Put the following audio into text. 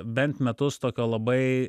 bent metus tokio labai